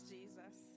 Jesus